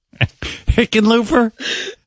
Hickenlooper